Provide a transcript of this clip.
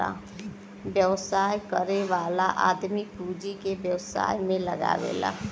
व्यवसाय करे वाला आदमी पूँजी के व्यवसाय में लगावला